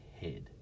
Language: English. head